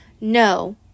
no